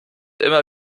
immer